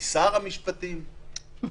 קיסר המשפטים.